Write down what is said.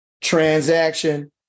transaction